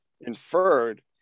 inferred